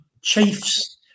chiefs